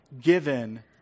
given